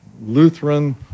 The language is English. Lutheran